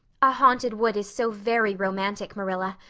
a haunted wood is so very romantic, marilla.